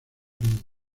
mundo